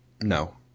No